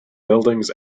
buildings